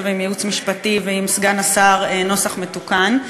ועם הייעוץ המשפטי ועם סגן השר נוסח מתוקן,